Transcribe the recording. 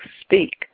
speak